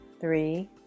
three